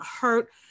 hurt